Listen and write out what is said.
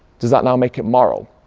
does that now make it moral?